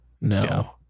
no